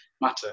matter